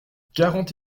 quarante